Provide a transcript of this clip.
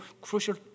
crucial